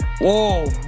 Whoa